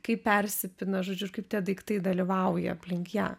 kai persipina žodžiu ir kaip tie daiktai dalyvauja aplink ją